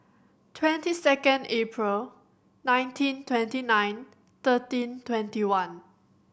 twenty second April nineteen twenty nine thirteen twenty one